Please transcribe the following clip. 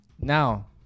Now